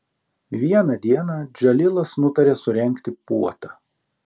vieną dieną džalilas nutarė surengti puotą